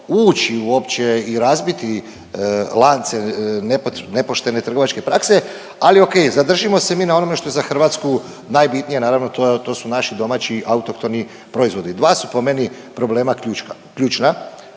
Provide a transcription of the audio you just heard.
ući uopće i razbiti lance nepoštene trgovačke prakse. Ali o.k. Zadržimo se mi na onome što je za Hrvatsku najbitnije. Naravno to su naši domaći autohtoni proizvodi. Dva su po meni problema ključna.